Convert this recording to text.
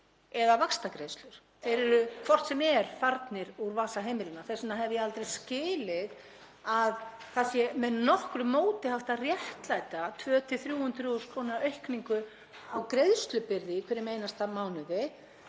eða vaxtagreiðslur, þeir eru hvort sem er farnir úr vasa heimilanna. Þess vegna hef ég aldrei skilið að það sé með nokkru móti hægt að réttlæta 200.000–300.000 kr. aukningu á greiðslubyrði í hverjum einasta mánuði